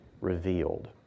revealed